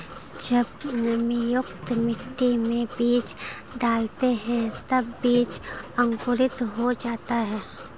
जब नमीयुक्त मिट्टी में बीज डालते हैं तब बीज अंकुरित हो जाता है